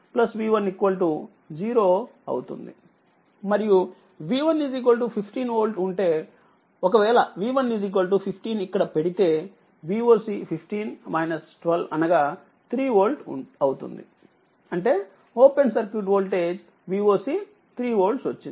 మరియుV115 వోల్ట్ఉంటే ఒక వేళ V115 ఇక్కడ పెడితే Voc15-12 అనగా 3 వోల్ట్ అవుతుందిఅంటేఓపెన్సర్క్యూట్వోల్టేజ్Voc 3వోల్ట్ వచ్చింది